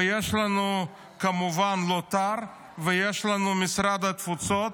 ויש לנו כמובן לוט"ר, ויש לנו משרד התפוצות.